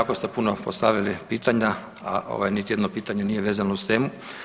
Jako ste puno postavili pitanja, a niti jedno pitanje nije vezano uz temu.